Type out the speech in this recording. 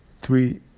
three